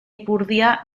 ipurdia